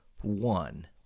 one